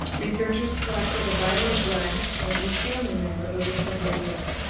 researchers collected a vial of blood from each family member over several years.